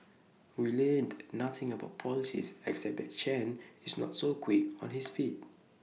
we learnt nothing about policies except that Chen is not so quick on his feet